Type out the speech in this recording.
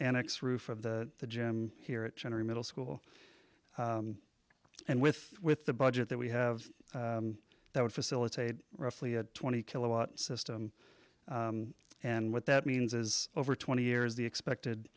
annex roof of the gym here at general middle school and with with the budget that we have that would facilitate roughly a twenty kilowatt system and what that means is over twenty years the expected